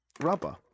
rubber